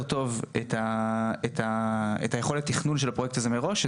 טוב את יכולת התכנון של הפרויקט הזה מראש.